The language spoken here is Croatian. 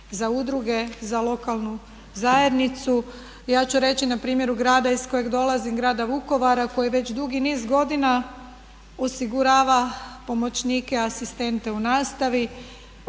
za udruge, za lokalnu zajednicu. Ja ću reći na primjeru grada iz kojeg dolazim, grada Vukovara koji već dugi niz godina osigurava pomoćnike, asistente u nastavi